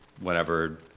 Whenever